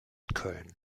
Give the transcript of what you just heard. köln